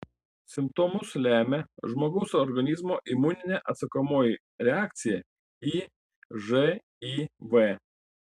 simptomus lemia žmogaus organizmo imuninė atsakomoji reakcija į živ